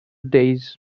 days